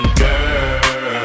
girl